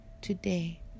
Today